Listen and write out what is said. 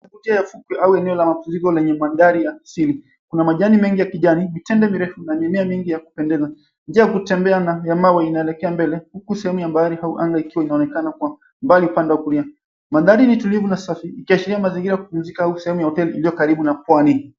...eneo la mapumziko lenye mandhari ya asili. Kuna majani mengi ya kijani, mitende mirefu na mimea mingi ya kupendeza. Njia ya kutembea ya mawe inaelekea mbele huku sehemu ya bahari ikiwa inaonekana kwa mbali upande wa kulia. Mandhari ni tulivu na safi ikiashiria mazingira ya kupumzika au sehemu ya hoteli iliyo karibu na pwani.